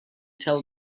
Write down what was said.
tell